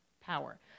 power